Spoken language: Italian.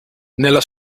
nella